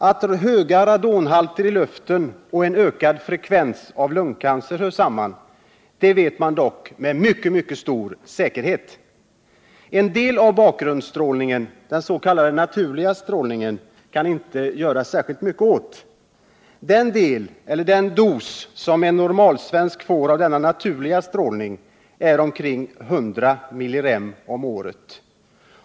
Att höga radonhalter i luften och en ökad frekvens av lungcancer hör samman — det vet man dock med mycket stor säkerhet. En del av bakgrundsstrålningen, den s.k. naturliga strålningen, kan inte göras mycket åt. Den del eller den dos som en normalsvensk får av denna naturliga strålning är omkring 100 millirem om året.